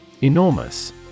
Enormous